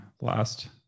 last